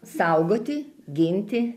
saugoti ginti